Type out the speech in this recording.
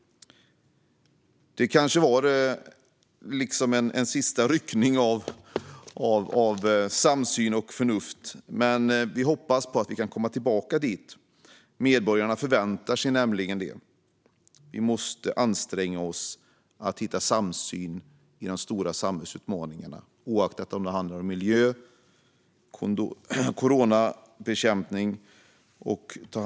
Det var kanske en sista ryckning av samsyn och förnuft. Vi hoppas dock att vi kan komma tillbaka dit, för medborgarna förväntar sig nämligen det. Vi måste anstränga oss att hitta samsyn när det gäller de stora samhällsutmaningarna, oavsett om det handlar om miljö, bekämpning och följder av corona eller brott och straff.